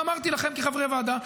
ואמרתי לכם כחברי ועדה,